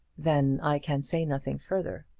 then i can say nothing further.